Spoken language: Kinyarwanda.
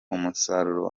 umusaruro